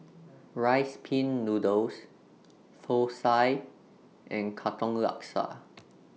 Rice Pin Noodles Thosai and Katong Laksa